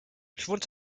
schwund